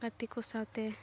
ᱜᱟᱛᱮ ᱠᱚ ᱥᱟᱶᱛᱮ